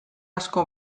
asko